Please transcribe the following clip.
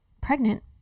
pregnant